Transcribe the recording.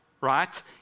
right